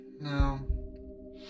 no